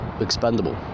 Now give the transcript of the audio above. expendable